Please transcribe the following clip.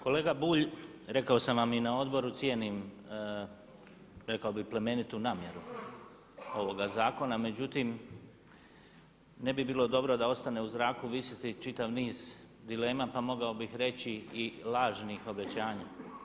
Kolega Bulj rekao sam vam i na odboru cijenim rekao bih plemenitu namjeru ovoga zakona, međutim ne bi bilo dobro da ostane u zraku visjeti čitav niz dilema pa mogao bih reći i lažnih obećanja.